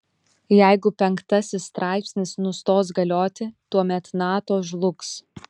jeigu penktasis straipsnis nustos galioti tuomet nato žlugs